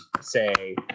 say